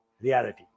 reality